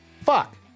Fuck